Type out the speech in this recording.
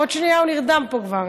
עוד שנייה הוא נרדם פה כבר.